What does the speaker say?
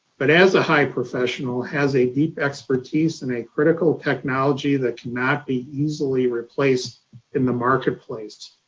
but as a high professional has a deep expertise in a critical technology that cannot be easily replaced in the marketplace.